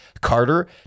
Carter